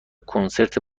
کنسرت